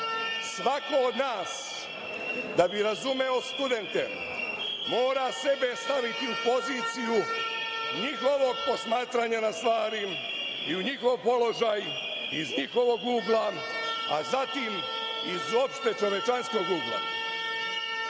Svako od nas, da bi razumeo studente, mora sebe staviti u poziciju njihovog posmatranja na stvari i u njihov položaj, iz njihovog ugla, a zatim iz opšte čovečanskog